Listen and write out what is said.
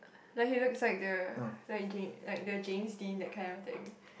like he looks like the like Jame like the James-Dean that kind of thing